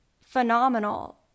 phenomenal